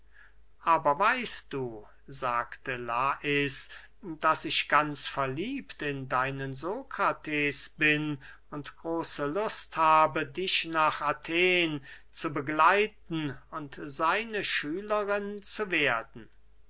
aber weißt du sagte lais daß ich ganz verliebt in deinen sokrates bin und große lust habe dich nach athen zu begleiten und seine schülerin zu werden